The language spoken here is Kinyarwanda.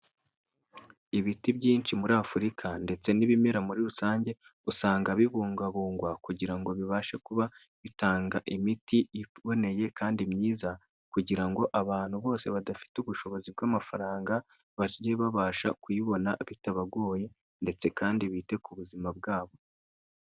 Ibiti byinshi muri Afurika ndetse n'ibimera muri rusange, usanga bibungabungwa kugira ngo bibashe kuba bitanga imiti iboneye kandi myiza kugira ngo abantu bose badafite ubushobozi bw'amafaranga, bajye babasha kuyibona bitabagoye ndetse kandi bite ku buzima bwabo.